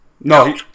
No